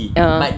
(uh huh)